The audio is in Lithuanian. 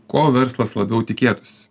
ko verslas labiau tikėtųsi